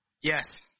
Yes